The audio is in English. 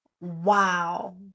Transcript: wow